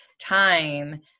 time